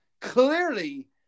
clearly